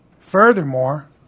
Furthermore